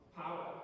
power